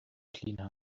clean